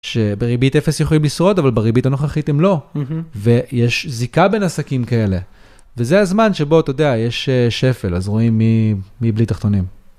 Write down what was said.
שבריבית אפס יכולים לשרוד, אבל בריבית הנוכחית הם לא. ויש זיקה בין עסקים כאלה. וזה הזמן שבו, אתה יודע, יש שפל, אז רואים מי בלי תחתונים.